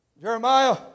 Jeremiah